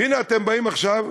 והנה, אתם באים עכשיו,